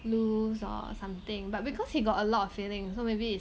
loose or something but because he got a lot of filling so maybe it's